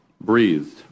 breathed